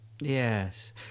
yes